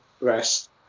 rest